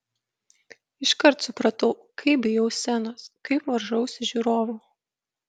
iškart supratau kaip bijau scenos kaip varžausi žiūrovų